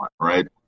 right